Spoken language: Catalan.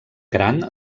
gran